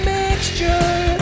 mixture